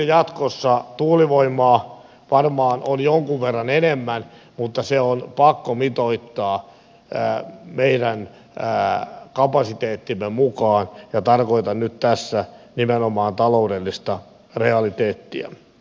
jatkossa tuulivoimaa varmaan on jonkun verran enemmän mutta se on pakko mitoittaa meidän kapasiteettimme mukaan ja tarkoitan nyt tässä nimenomaan taloudellista realiteettia